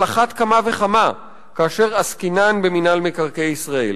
אחת כמה וכמה כאשר עסקינן במינהל מקרקעי ישראל,